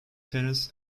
tennis